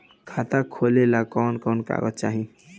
खाता खोलेला कवन कवन कागज चाहीं?